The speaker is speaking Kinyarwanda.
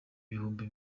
bihumbi